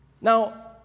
Now